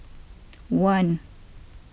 one